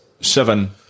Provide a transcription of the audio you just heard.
seven